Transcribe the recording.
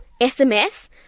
SMS